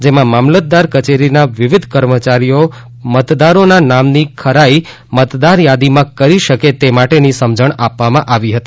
જેમાં મામલતદાર કચેરીના વિવિધ કર્મચારીઓ મતદારોના નામની ખરાઈ મતદાર યાદીમાં કરી શકે તે માટેની સમજણ આપવામાં આવી હતી